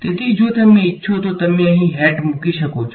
તેથી જો તમે ઇચ્છો તો તમે અહીં હેટ મૂકી શકો છો